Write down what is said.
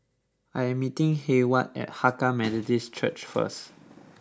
I am meeting Heyward at Hakka Methodist Church first